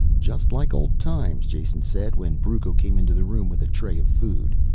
just like old times, jason said when brucco came into the room with a tray of food.